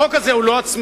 החוק הזה הוא לא עצמאי.